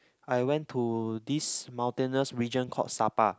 I went to this mutinous region called Sabah